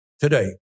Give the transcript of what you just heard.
today